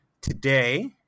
Today